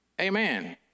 Amen